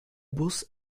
bus